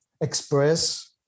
express